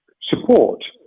support